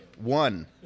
One